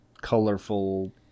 colorful